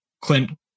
Clint